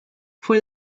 fue